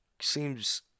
seems